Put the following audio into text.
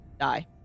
die